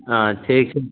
हँ ठीक छै